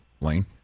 Lane